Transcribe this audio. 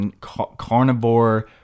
carnivore